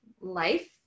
life